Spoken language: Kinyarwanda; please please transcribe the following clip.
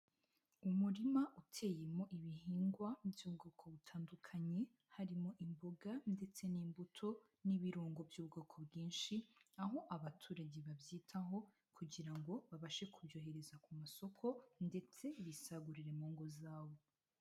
Umurima uteyemo ibihingwa by'ubwoko butandukanye harimo imboga ndetse n'imbuto n'ibirungo by'ubwoko bwinshi, aho abaturage babyitaho kugira ngo babashe kubyohereza ku masoko ndetse bisagurire mu ngo zabo.